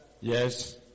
yes